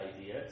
idea